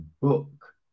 book